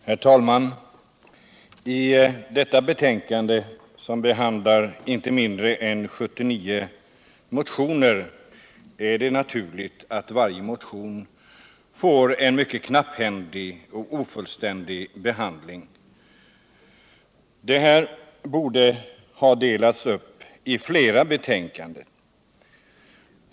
Herr talman! I detta betänkande, som avhandlar inte mindre än 79 motioner, är det naturligt att varje motion får en mycket knapphändig och ofullständig behandling. Det borde alltså ha delats upp i fler betänkanden.